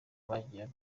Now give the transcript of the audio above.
bagiye